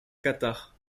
qatar